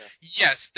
Yes